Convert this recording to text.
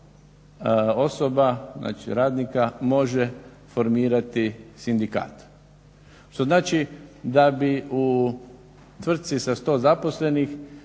osoba, znači radnika može formirati sindikat što znači da bi u tvrtci sa 100 zaposlenih